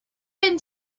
been